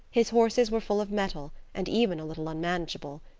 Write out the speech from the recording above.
his horses were full of mettle, and even a little unmanageable.